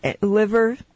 liver